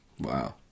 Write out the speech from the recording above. wow